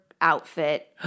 outfit